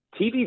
TV